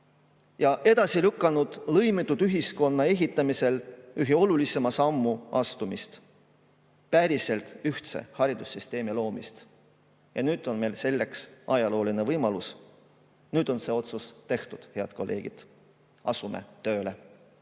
edasi lükanud lõimitud ühiskonna ehitamisel ühe kõige olulisema sammu astumist: päriselt ühtse haridussüsteemi loomist. Nüüd on meil selleks ajalooline võimalus, nüüd on see otsus tehtud, head kolleegid. Asume tööle!